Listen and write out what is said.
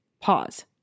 Pause